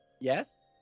yes